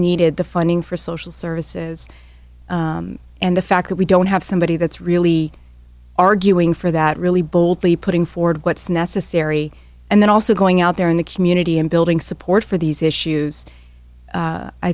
needed the funding for social services and the fact that we don't have somebody that's really arguing for that really boldly putting forward what's necessary and then also going out there in the community and building support for these issues